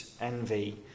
envy